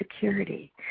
security